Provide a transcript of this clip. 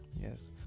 yes